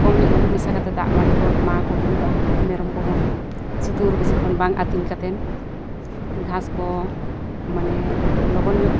ᱠᱚᱢ ᱧᱚᱜ ᱞᱳᱵᱳᱜ ᱢᱮᱥᱟ ᱠᱟᱛᱮᱫ ᱫᱟᱜ ᱢᱟᱹᱰᱤ ᱠᱚ ᱮᱢᱟ ᱠᱚ ᱦᱩᱭᱩᱜᱼᱟ ᱢᱮᱨᱚᱢ ᱠᱚᱦᱚᱸ ᱥᱤᱛᱩᱝ ᱨᱮ ᱵᱮᱥᱤ ᱠᱷᱚᱱ ᱵᱟᱝ ᱟᱹᱛᱤᱧ ᱠᱟᱛᱮᱫ ᱜᱷᱟᱥ ᱠᱚ ᱢᱟᱱᱮ ᱞᱚᱜᱚᱱ ᱧᱚᱜ